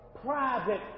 private